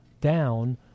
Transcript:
down